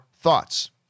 thoughts